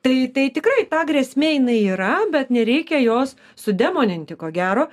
tai tai tikrai ta grėsmė jinai yra bet nereikia jos sudemoninti ko gero